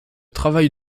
travail